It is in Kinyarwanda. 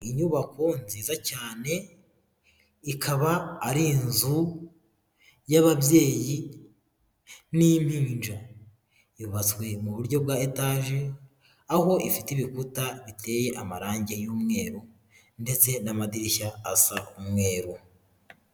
Inyubako nziza cyane ikaba ari inzu y'ababyeyi n'impinja, yubatswe mu buryo bwa etaje aho ifite ibikuta biteye amarange y'umweru ndetse n'amadirishya asa umweru.